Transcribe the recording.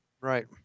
Right